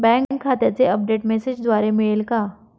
Bank खात्याचे update मेसेजद्वारे मिळेल का?